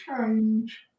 change